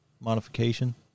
modification